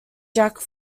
jack